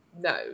No